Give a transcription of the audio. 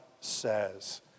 says